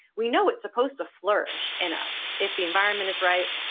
we know it's supposed to flourish in us if the environment is right,